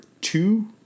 two